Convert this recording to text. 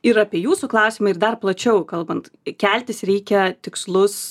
ir apie jūsų klausimą ir dar plačiau kalbant keltis reikia tikslus